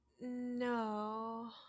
No